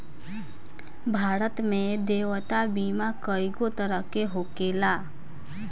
भारत में देयता बीमा कइगो तरह के होखेला